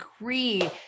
agree